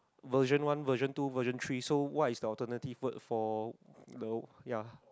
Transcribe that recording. version one version two version three so what is the alternative food for the ya